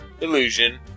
illusion